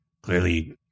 clearly